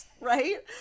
right